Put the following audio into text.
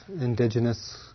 indigenous